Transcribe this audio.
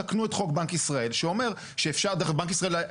תקנו את חוק בנק ישראל שאומר שאפשר דרך בנק ישראל,